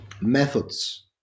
methods